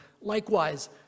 Likewise